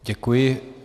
Děkuji.